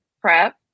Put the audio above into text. PrEP